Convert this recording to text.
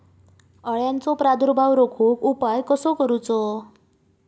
अळ्यांचो प्रादुर्भाव रोखुक उपाय कसो करूचो?